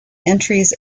entries